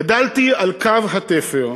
גדלתי על קו התפר,